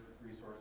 resources